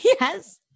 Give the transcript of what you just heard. Yes